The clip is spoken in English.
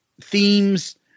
themes